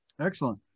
Excellent